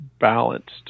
balanced